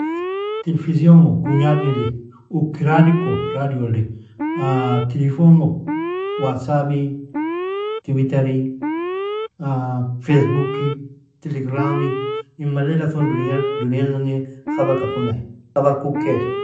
Tilfisyon go, gugnnad nili. Ukiradi ku radio li. Telefon go, wasabi, twitteri, facebooki, telegrami, In malela ton dunial dunia nani khabarka kun ay Khabarka ukele.